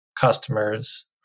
customers